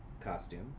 costume